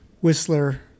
Whistler